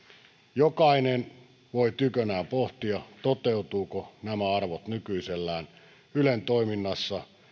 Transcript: jokainen voi tykönään pohtia toteutuvatko nämä arvot nykyisellään ylen toiminnassa